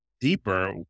deeper